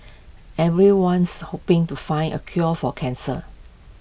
everyone's hoping to find A cure for cancer